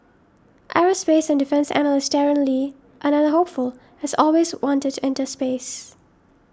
aerospace and defence analyst Darren Lee another hopeful has always wanted to enter space